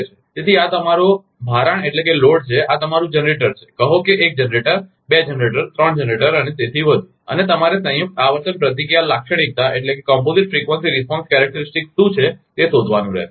તેથી આ તમારું ભારણ છે અને આ તમારું જનરેટર છે કહો કે એક જનરેટર બે જનરેટર ત્રણ જનરેટર અને તેથી વધુ અને તમારે સંયુક્ત આવર્તન પ્રતિક્રિયા લાક્ષણિકતા શું છે તે શોધવાનું રહેશે